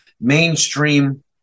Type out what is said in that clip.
mainstream